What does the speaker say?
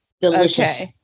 Delicious